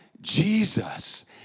Jesus